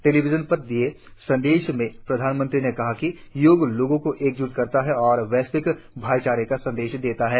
television पर दिये संदेश में प्रधानमंत्री ने कहा कि योग लोगों को एकज्ट करता है और वैश्विक भाइचारे का संदेश देता है